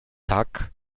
tak